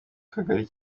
kagari